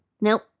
Nope